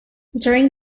during